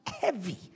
Heavy